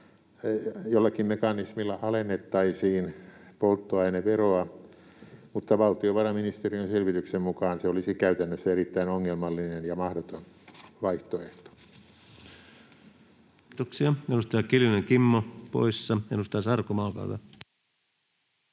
jollakin mekanismilla alennettaisiin polttoaineveroa, mutta valtiovarainministeriön selvityksen mukaan se olisi käytännössä erittäin ongelmallinen ja mahdoton vaihtoehto. Kiitoksia. — Edustaja Kiljunen, Kimmo, poissa. — Edustaja Sarkomaa, olkaa hyvä.